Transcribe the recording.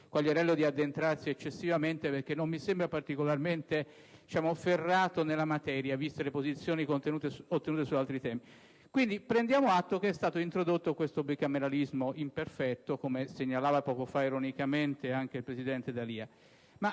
eviterei di addentrarsi eccessivamente perché non mi sembra particolarmente ferrato nella materia, viste le posizioni tenute su altri temi. Prendiamo atto che è stato introdotto questo bicameralismo imperfetto, come segnalava poco fa ironicamente anche il presidente D'Alia.